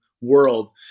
world